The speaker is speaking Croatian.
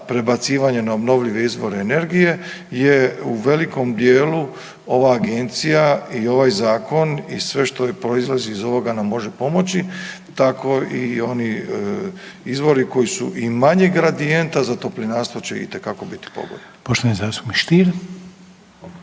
prebacivanje na obnovljive izvore energije je u velikom dijelu ova Agencija i ovaj Zakon i sve što proizlazi iz ovoga nam može pomoći, tako i oni izvori koji su i manje gradijenta za tolinarstvo će itekako biti pogodni.